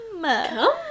Come